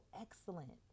excellent